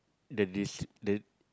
the dis~ the